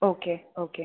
okay okay